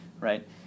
Right